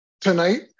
tonight